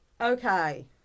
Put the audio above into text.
Okay